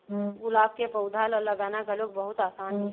गुलाब के पउधा ल लगाना घलोक बहुत असान हे